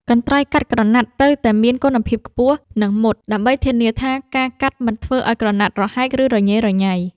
កន្ត្រៃកាត់ក្រណាត់ត្រូវតែមានគុណភាពខ្ពស់ និងមុត ដើម្បីធានាថាការកាត់មិនធ្វើឱ្យក្រណាត់រហែក ឬរញ៉េរញ៉ៃ។